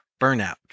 burnout